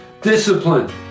discipline